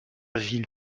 ville